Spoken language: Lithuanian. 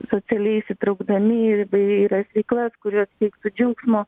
socialiai įsitraukdami į įvairias veiklas kurios teiktų džiaugsmo